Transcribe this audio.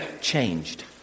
changed